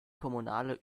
kommunale